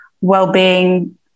wellbeing